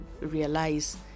realize